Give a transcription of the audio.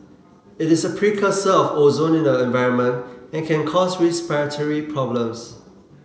it is a precursor of ozone in the environment and can cause respiratory problems